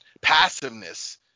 passiveness